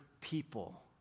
people